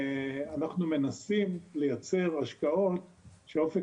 דיווח מועצת הקרן וועדת ההשקעות של הקרן לאזרחי